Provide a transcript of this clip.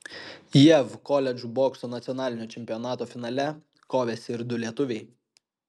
jav koledžų bokso nacionalinio čempionato finale kovėsi ir du lietuviai